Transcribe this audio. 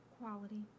quality